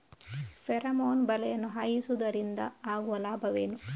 Pheromone ಬಲೆಯನ್ನು ಹಾಯಿಸುವುದರಿಂದ ಆಗುವ ಲಾಭವೇನು?